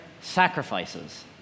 sacrifices